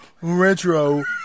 Retro